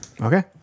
Okay